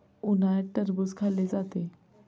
उन्हाळ्यात टरबूज खाल्ले जाते